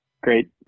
great